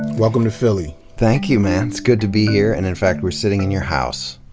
welcome to philly. thank you, man. good to be here. and in fact we're sitting in your house,